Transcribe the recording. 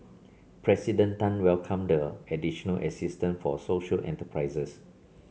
President Tan welcomed the additional assistance for social enterprises